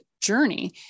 journey